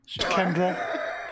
Kendra